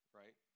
right